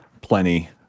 plenty